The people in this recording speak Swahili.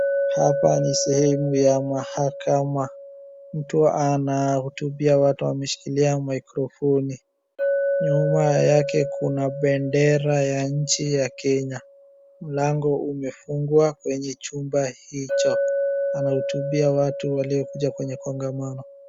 Hapa ni sehemu ya mahakama, mtu anahutubia watu ameshikilia maikrofoni ,nyuma yake kuna bendera ya nchi ya Kenya. Mlango umefungwa kwenye chumba hicho anahutubia watu waliokuja kwenye kongamano.